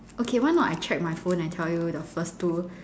okay why not I check my phone and tell you the first two